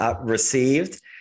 received